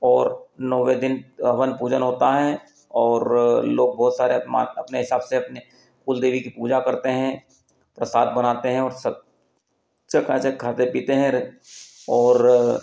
और नौवे दिन हवन पूजन होता है और लोग बहुत सारे अपमा अपने हिसाब से अपने कुल देवी की पूजा करते हैं प्रसाद बनाते हैं और सब चकाचक खाते पीते हैं और